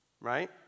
Right